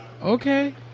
Okay